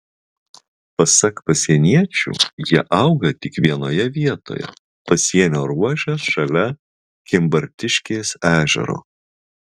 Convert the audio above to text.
pasak pasieniečių jie auga tik vienoje vietoje pasienio ruože šalia kimbartiškės ežero